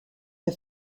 her